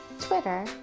twitter